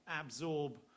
absorb